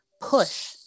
push